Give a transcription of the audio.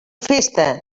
festa